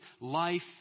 life